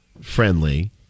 friendly